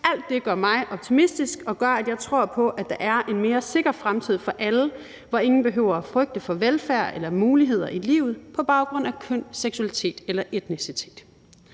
Alt det gør mig optimistisk og gør, at jeg tror på, at der er en mere sikker fremtid for alle, hvor ingen behøver at frygte for velfærd eller muligheder i livet på baggrund af køn, seksualitet eller etnicitet.